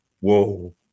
whoa